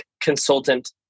consultant